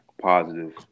positive